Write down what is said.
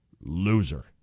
Loser